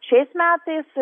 šiais metais